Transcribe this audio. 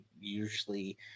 usually